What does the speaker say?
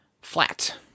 Flat